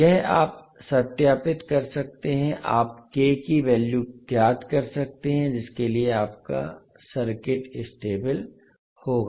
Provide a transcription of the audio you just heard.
यह आप सत्यापित कर सकते हैं आप k का वैल्यू ज्ञात कर सकते हैं जिसके लिए आपका सर्किट स्टेबल होगा